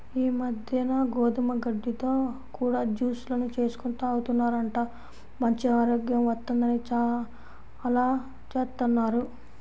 ఈ మద్దెన గోధుమ గడ్డితో కూడా జూస్ లను చేసుకొని తాగుతున్నారంట, మంచి ఆరోగ్యం వత్తందని అలా జేత్తన్నారు